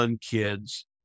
kids